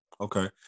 Okay